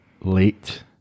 late